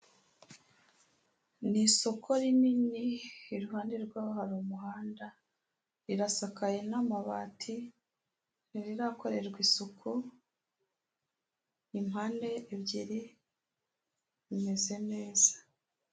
Ni isoko rinini iruhande rwayo hari umuhanda, rirasakaye n'amabati ntirirakorerwa isuku; ni mpande ebyiri rimeze neza.